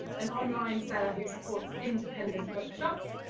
an online seller who supports independent bookshops.